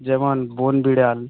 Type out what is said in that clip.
যেমন বনবিড়াল